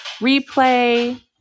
replay